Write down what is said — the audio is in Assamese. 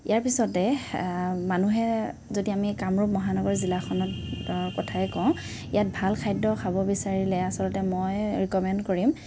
ইয়াৰ পিছতে মানুহে যদি আমি কামৰূপ মহানগৰ জিলাখনত কথাই কওঁ ইয়াত ভাল খাদ্য খাব বিচাৰিলে আচলতে মই ৰিকমেণ্ড কৰিম